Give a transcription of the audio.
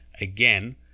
Again